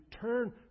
turn